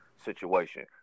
situation